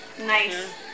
Nice